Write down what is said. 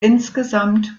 insgesamt